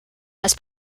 has